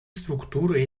структур